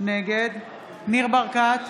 נגד ניר ברקת,